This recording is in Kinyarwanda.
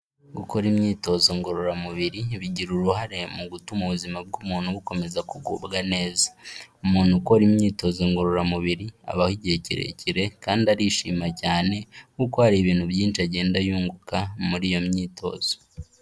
Gukora imyitozo ngororamubiri bigira uruhare mu gutuma ubuzima bw'umuntu bukomeza kugubwa neza. Umuntu ukora imyitozo ngororamubiri, abaho igihe kirekire kandi arishima cyane kuko hari ibintu byinshi agenda yunguka muri iyo myitozo.